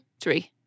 three